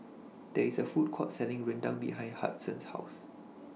There IS A Food Court Selling Rendang behind Hudson's House